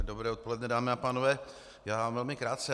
Dobré odpoledne, dámy a pánové, jenom velmi krátce.